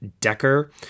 Decker